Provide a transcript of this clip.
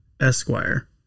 esquire